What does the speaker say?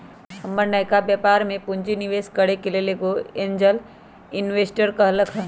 हमर नयका व्यापर में पूंजी निवेश करेके लेल एगो एंजेल इंवेस्टर कहलकै ह